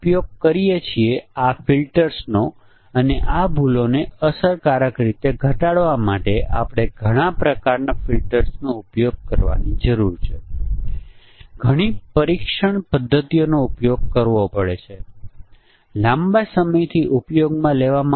પછી આ સાધનો તેમના માટે વિવિધ પ્રકારના પરીક્ષણના કેસો આપી શકે છે કારણ કે તેઓ સંભવત વિવિધ અલગોરિધમ્સનો ઉપયોગ કરે છે